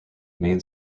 main